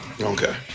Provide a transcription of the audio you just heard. Okay